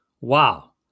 wow